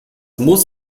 muss